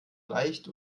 leicht